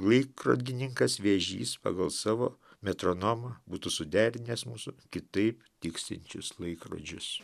laikrodininkas vėžys pagal savo metronomą būtų suderinęs mūsų kitaip tiksinčius laikrodžius